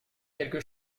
quelque